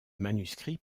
manuscrit